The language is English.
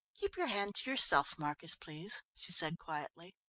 keep your hand to yourself, marcus, please, she said quietly.